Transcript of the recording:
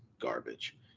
garbage